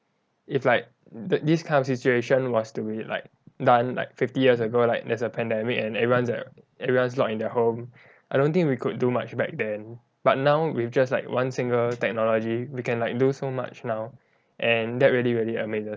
if like tha~ this kind of situation was to be like done like fifty years ago like there's a pandemic and everyone's at everyone's locked in their home I don't think we could do much back then but now with just like one single technology we can like do so much now and that really really amazes